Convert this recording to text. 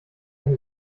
ohne